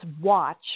watch